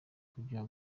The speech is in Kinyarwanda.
kuja